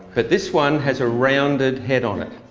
but this one has a rounded head on it,